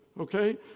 okay